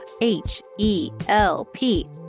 H-E-L-P